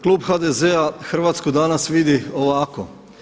Klub HDZ-a Hrvatsku danas vidi ovako.